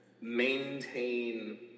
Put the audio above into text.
maintain